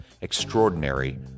Extraordinary